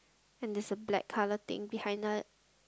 and there's a black colour thing behind it